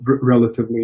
relatively